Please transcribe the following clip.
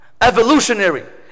evolutionary